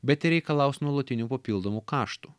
bet ir reikalaus nuolatinių papildomų kaštų